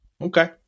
Okay